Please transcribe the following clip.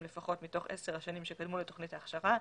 לפחות מתוך עשר השנים שקדמו לתוכנית ההכשרה,